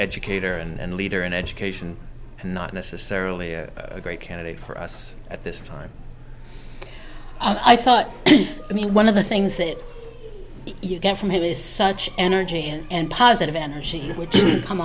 educator and leader in education and not necessarily a great candidate for us at this time i thought i mean one of the things that you get from him is such energy and positive energy